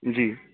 جی